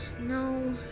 No